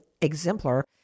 exemplar